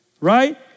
right